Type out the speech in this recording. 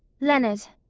leonard.